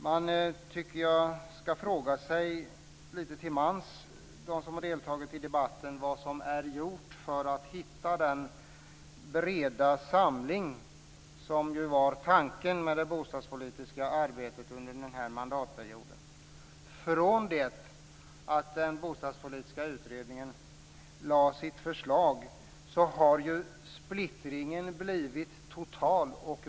Jag tycker att de som har deltagit i debatten litet till mans skall fråga sig vad som har gjorts för att nå den breda samling som var tanken med det bostadspolitiska arbetet under denna mandatperiod. Från det att den bostadspolitiska utredningen lade fram sitt förslag har splittringen blivit total.